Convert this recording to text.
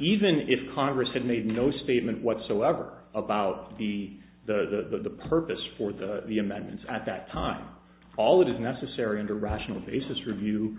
even if congress had made no statement whatsoever about the the purpose for the amendments at that time all that is necessary in a rational basis review